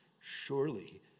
surely